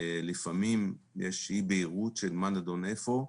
לפעמים יש אי-בהירות לגבי מה נדון איפה.